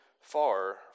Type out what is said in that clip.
far